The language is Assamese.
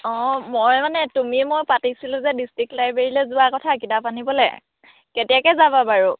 অঁ মই মানে তুমি মই পাতিছিলো যে ডিষ্ট্ৰিক লাইব্ৰেৰীলৈ যোৱা কথা কিতাপ আনিবলৈ কেতিয়াকৈ যাবা বাৰু